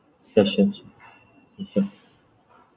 just change different